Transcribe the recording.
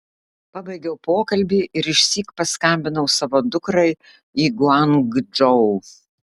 pabaigiau pokalbį ir išsyk paskambinau savo dukrai į guangdžou